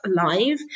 alive